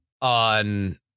on